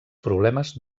problemes